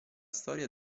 storia